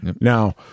Now